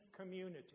community